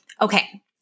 Okay